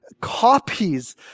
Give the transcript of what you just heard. copies